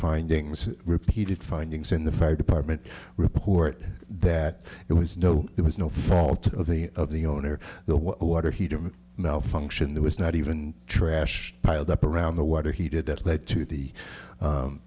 findings repeated findings in the fire department report that it was no it was no fault of the of the owner the water heater malfunction there was not even trash piled up around the water heated that led to the